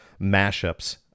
mashups